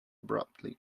abruptly